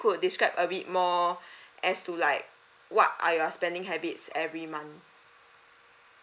would describe a bit more as to like what are your spending habits every month